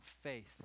faith